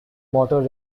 motor